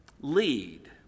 Lead